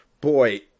boy